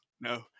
no